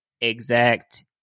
exact